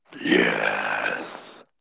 Yes